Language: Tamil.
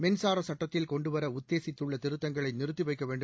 மின்சார சுட்டத்தில் கொண்டுவர உத்தேசித்துள்ள திருத்தங்களை நிறுத்தி வைக்க வேண்டும்